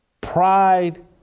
pride